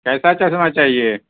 کیسا چشمہ چاہیے